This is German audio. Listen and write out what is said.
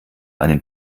einen